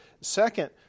Second